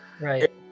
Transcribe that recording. Right